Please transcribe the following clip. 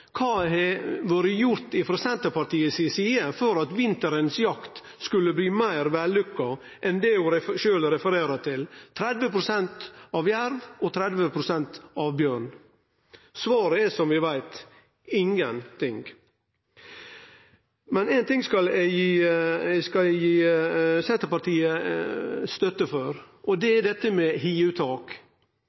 Kva har vore gjort frå Senterpartiet si side for at vinterens jakt skulle bli meir vellykka enn det ho sjølv refererer til – 30 pst. av jerv og 30 pst. av bjørn? Svaret er, som vi veit, ingenting. Éin ting skal eg gi Senterpartiet støtte i, og det er dette med hiuttak,